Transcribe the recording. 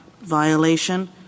violation